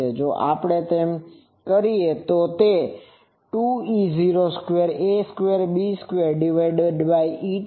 જો આપણે તેમ કરીએ તો તે 2 E૦² a² b² 22 બને છે